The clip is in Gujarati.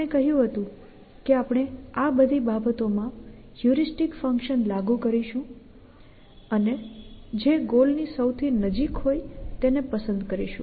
આપણે કહ્યું હતું કે આપણે આ બધી બાબતોમાં હ્યુરિસ્ટિક ફંક્શન લાગુ કરીશું અને જે ગોલ ની સૌથી નજીક હોય તેને પસંદ કરીશું